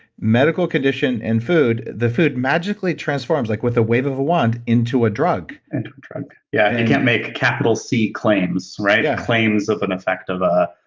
medical condition and food, the food magically transformed, like with a wave of a wand, into a drug. and yeah, you can't make capital c claims, right, ah claims of an effect of